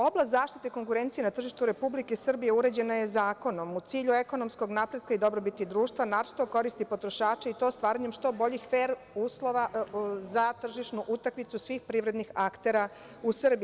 Oblast zaštite konkurencije na tržištu Republike Srbije uređena je zakonom u cilju ekonomskog napretka i dobrobiti društva, naročito u korist potrošača i to stvaranjem što boljih fer uslova za tržišnu utakmicu svih privrednih aktera u Srbiji.